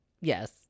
Yes